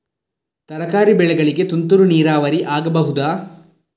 ತರಕಾರಿ ಬೆಳೆಗಳಿಗೆ ತುಂತುರು ನೀರಾವರಿ ಆಗಬಹುದಾ?